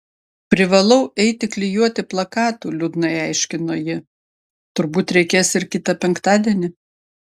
privalau eiti klijuoti plakatų liūdnai aiškino ji turbūt reikės ir kitą penktadienį